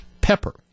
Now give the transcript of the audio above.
Pepper